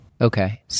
Okay